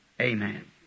Amen